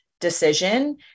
decision